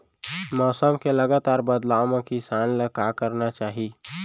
मौसम के लगातार बदलाव मा किसान ला का करना चाही?